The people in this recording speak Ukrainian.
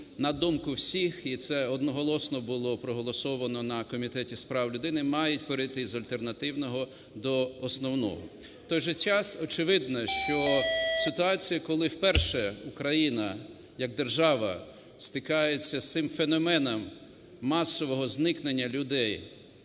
на думку всіх, і це одноголосно булопроголосовано на Комітеті з прав людини, мають перейти з альтернативного до основного. В той же час, очевидно, що ситуація, коли вперше Україна як держава стикається з цим феноменом масового зникнення людей,